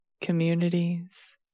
communities